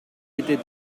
était